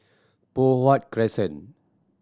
Poh Huat Crescent